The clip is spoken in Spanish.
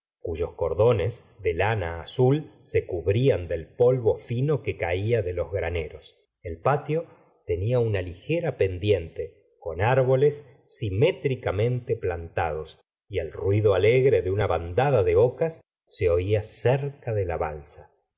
cuyos cordones de lana azul se cubrían del polvo fino que caía de los graneros el patio tenía una ligera pendiente con árboles simétricamente plantados y el ruido alegre de una bandada de ocas se ola cerca de